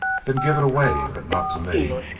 then give it away. but not to me.